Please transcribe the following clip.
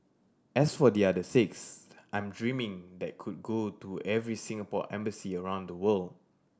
as for the other six I'm dreaming that could go to every Singapore embassy around the world